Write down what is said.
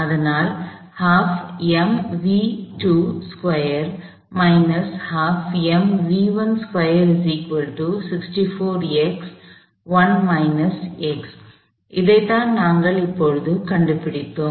அதனால் அதைத்தான் நாங்கள் இப்போது கண்டுபிடித்தோம்